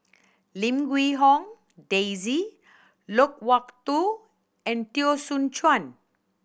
Lim Huee Hong Daisy Loke Wak Tho and Teo Soon Chuan